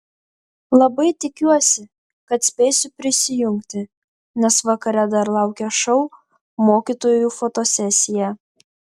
labai tikiuosi kad spėsiu prisijungti nes vakare dar laukia šou mokytojų fotosesija